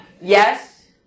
Yes